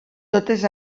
totes